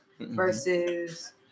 Versus